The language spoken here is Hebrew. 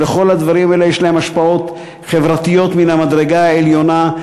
וכל הדברים האלה יש להם השפעות חברתיות מן המדרגה העליונה,